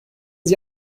sie